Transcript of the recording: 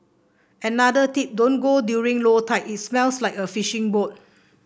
another tip don't go during low tide it smells like a fishing boat